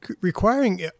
requiring